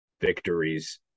victories